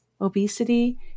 obesity